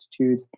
attitude